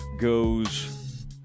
goes